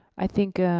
i think